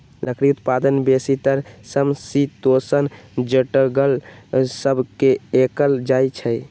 लकड़ी उत्पादन बेसीतर समशीतोष्ण जङगल सभ से कएल जाइ छइ